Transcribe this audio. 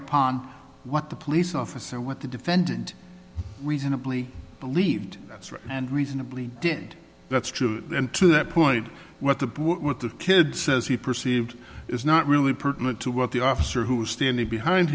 upon what the police officer what the defendant reasonably believed that's right and reasonably did that's true and to that point what the what the kid says he perceived is not really pertinent to what the officer who was standing behind